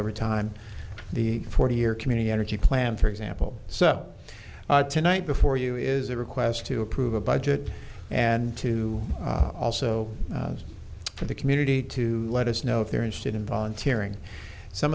over time the forty year community energy plan for example so tonight before you is a request to approve a budget and to also for the community to let us know if they're interested in volunteering some